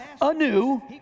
anew